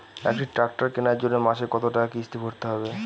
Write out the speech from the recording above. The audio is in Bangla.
একটি ট্র্যাক্টর কেনার জন্য মাসে কত টাকা কিস্তি ভরতে হবে?